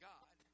God